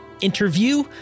interview